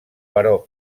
però